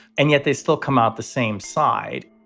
and yet they still come out the same side